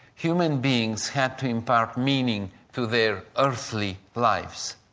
human beings had to impart meaning to their earthly lives.